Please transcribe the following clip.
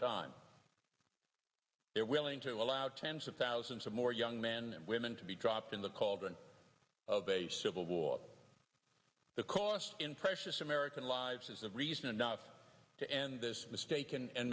time they're willing to allow tens of thousands of more young men and women to be dropped in the cauldron of a civil war the cost in precious american lives is the reason not to end this mistaken and